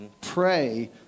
Pray